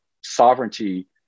sovereignty